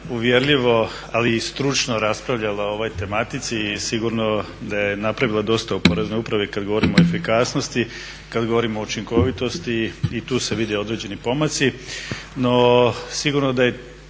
uvjerljivo ali i stručno raspravljala o ovoj tematici i sigurno da je napravila dosta u Poreznoj upravi kada govorimo o efikasnosti, kada govorimo o učinkovitosti i tu se vidi određeni pomaci. No sigurno da je